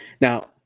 now